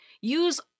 Use